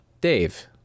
Dave